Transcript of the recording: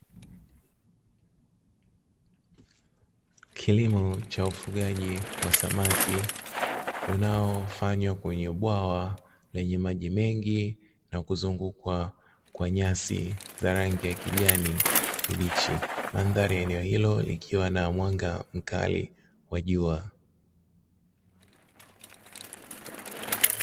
Kilimo cha ufugaji wa samaki unaofanywa kwenye bwawa lenye maji mengi na kuzungukwa kwa nyasi za rangi ya kijani kibichi. Mandhari ya eneo hilo likiwa na mwanga mkali wa jua.